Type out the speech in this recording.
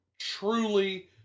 truly